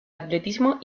atletismo